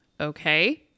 okay